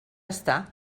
està